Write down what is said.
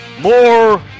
More